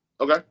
Okay